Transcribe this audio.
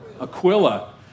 Aquila